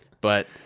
But-